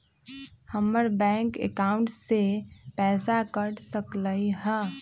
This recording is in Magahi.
हमर बैंक अकाउंट से पैसा कट सकलइ ह?